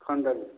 ସନ୍ଡ଼େ'ରେ